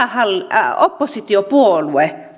pääoppositiopuolue